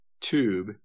tube